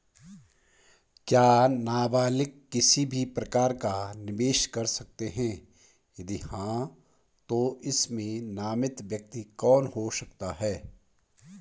क्या नबालिग किसी भी प्रकार का निवेश कर सकते हैं यदि हाँ तो इसमें नामित व्यक्ति कौन हो सकता हैं?